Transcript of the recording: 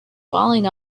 falling